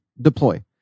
deploy